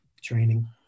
training